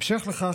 בהמשך לכך,